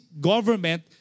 government